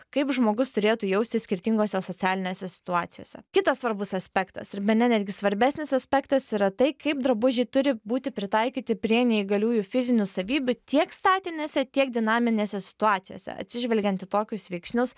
kaip žmogus turėtų jaustis skirtingose socialinėse situacijose kitas svarbus aspektas ir bene netgi svarbesnis aspektas yra tai kaip drabužiai turi būti pritaikyti prie neįgaliųjų fizinių savybių tiek statinėse tiek dinaminėse situacijose atsižvelgiant į tokius veiksnius